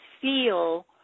feel